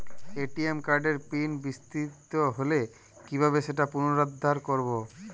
ATM কার্ডের PIN বিস্মৃত হলে কীভাবে সেটা পুনরূদ্ধার করব?